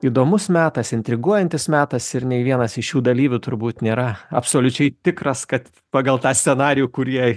įdomus metas intriguojantis metas ir nei vienas iš jų dalyvių turbūt nėra absoliučiai tikras kad pagal tą scenarijų kur jei